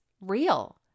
real